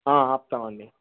ఆపుతామండి